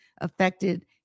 affected